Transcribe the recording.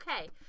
okay